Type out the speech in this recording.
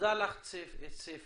תודה לך, ספי.